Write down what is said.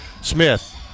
Smith